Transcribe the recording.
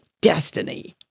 destiny